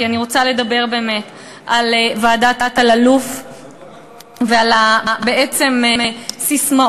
כי אני רוצה לדבר באמת על ועדת אלאלוף ועל הססמאות הנבובות,